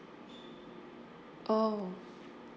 oh